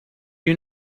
you